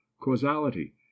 causality